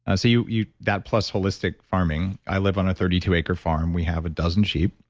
ah so you you that plus holistic farming. i live on a thirty two acre farm. we have a dozen sheep.